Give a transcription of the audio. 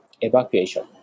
evacuation